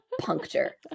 puncture